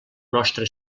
nostre